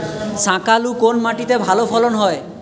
শাকালু কোন মাটিতে ভালো ফলন হয়?